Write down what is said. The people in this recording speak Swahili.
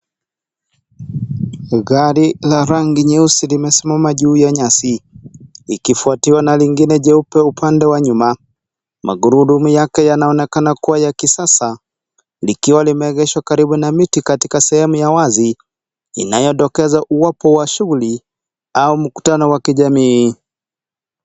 Gari la rangi nyeusi limesimama juu ya nyasi ikifuatiwa na lingine leupe uko upande wa nyuma. Magurudumu yake yanaonekana kuwa ya kisasa likiwa limeegeshwa karibu na mti katika sehemu ya wazi inayodokeza uwapo kwa shughuli au mkutano wa kijamii.